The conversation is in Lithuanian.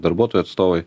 darbuotojų atstovai